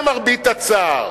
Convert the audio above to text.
למרבה הצער.